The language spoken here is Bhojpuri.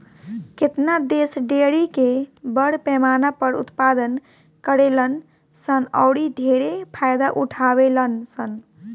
केतना देश डेयरी के बड़ पैमाना पर उत्पादन करेलन सन औरि ढेरे फायदा उठावेलन सन